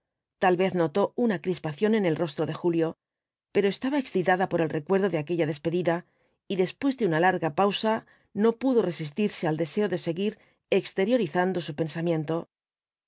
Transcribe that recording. tal vez notó una crispación en el rostro de julio pero estaba excitada por el recuerdo de aquella despedida y después de una larga pausa no pudo resistirse al deseo de seguir exteriorizando su pensamiento